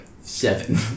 seven